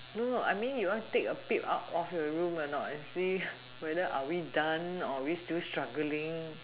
no no I mean you want take a peep out of your room or not and see whether are we done or are we still struggling